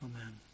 Amen